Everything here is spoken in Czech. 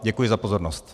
Děkuji za pozornost.